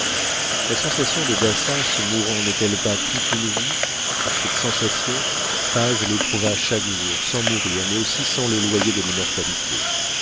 la sensation de d'assas mourant n'est-elle pas toute une vie cette sensation paz l'éprouva chaque jour sans mourir mais aussi sans le loyer de l'immortalité